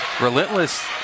relentless